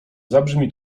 zabrzmi